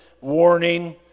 warning